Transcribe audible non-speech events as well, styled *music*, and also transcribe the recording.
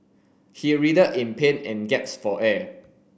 he *unintelligible* in pain and gasped for air